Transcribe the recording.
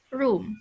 room